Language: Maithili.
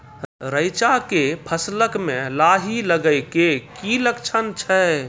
रैचा के फसल मे लाही लगे के की लक्छण छै?